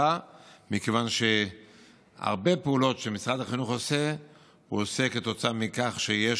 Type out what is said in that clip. מכיוון שהרבה פעולות שמשרד החינוך עושה הוא עושה מפני שיש